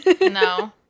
no